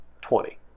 Twenty